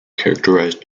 characterized